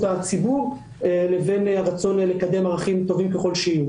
הציבור לבין הרצון לקדם ערכים טובים ככל שיהיו.